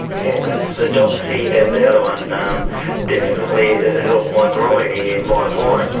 yeah the the doxy and the other one um definitely helped my groin, in my mind.